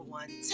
one